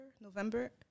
November